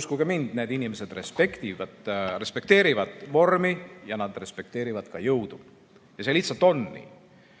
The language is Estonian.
uskuge mind, need inimesed respekteerivad vormi ja nad respekteerivad ka jõudu. See lihtsalt on nii.